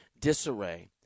disarray